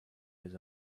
his